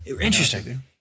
Interesting